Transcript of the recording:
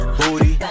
booty